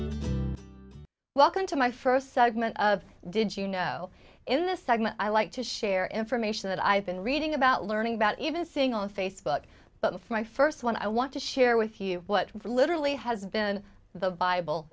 welcome to my first segment of did you know in this segment i like to share information that i've been reading about learning about even seeing on facebook but my first one i want to share with you what literally has been the bible